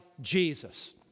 Jesus